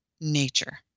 nature